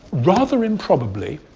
rather improbably,